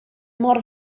mor